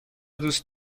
دوست